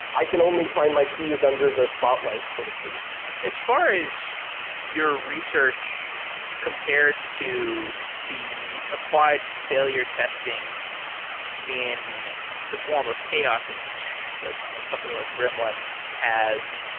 i can only find my keys under the spotlight so to speak as far as your research compared to the applied failure testing in the form of chaos engineering, like a company like gremlin has.